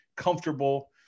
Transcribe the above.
comfortable